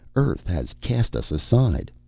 earth has cast us aside?